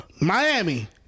Miami